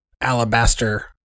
alabaster